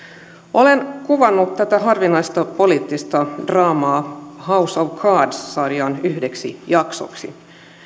olen kuvannut tätä harvinaista poliittista draamaa house of cards sarjan yhdeksi jaksoksi